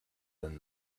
than